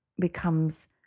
becomes